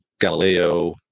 galileo